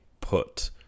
put